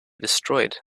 destroyed